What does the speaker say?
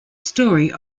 story